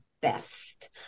best